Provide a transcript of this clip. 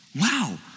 wow